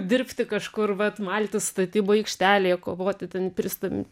dirbti kažkur vat maltis statybų aikštelėje kovoti ten pristam